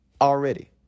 already